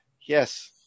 Yes